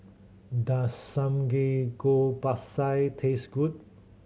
does Samgeyopsal taste good